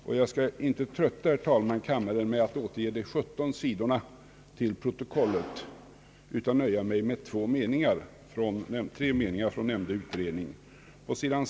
Jag skall, herr talman, inte trötta kammaren med att återge de 17 sidorna till protokollet utan nöja mig med tre meningar från nämnda utredning. På sid.